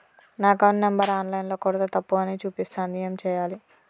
నా account number online ల కొడ్తే తప్పు అని చూపిస్తాంది ఏం చేయాలి?